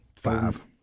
Five